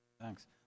Thanks